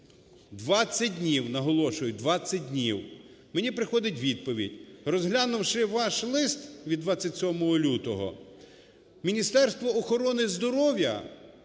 20 днів, наголошую - 20 днів, мені приходить відповідь: "Розглянувши ваш лист від 27 лютого, Міністерству охорони здоров'я